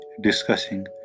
discussing